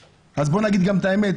אז בואו נגיד גם את האמת.